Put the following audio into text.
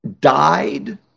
died